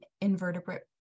invertebrate